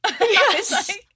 yes